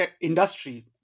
industry